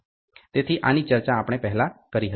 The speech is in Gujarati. તેથી આની ચર્ચા આપણે પહેલાં કરી હતી